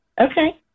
Okay